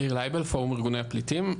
יאיר לייבל, פורום ארגוני הפליטים.